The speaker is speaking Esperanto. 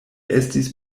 estis